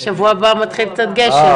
כל הנושא הזה, אין גוף שמתכלל אותו.